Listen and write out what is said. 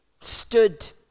stood